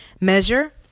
Measure